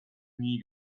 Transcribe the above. nie